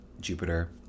Jupiter